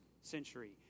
century